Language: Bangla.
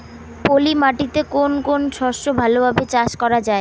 পলি মাটিতে কোন কোন শস্য ভালোভাবে চাষ করা য়ায়?